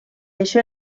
això